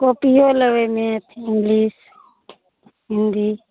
कॉपिओ लेबै math English Hindi